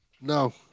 No